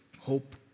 hope